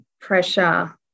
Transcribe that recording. pressure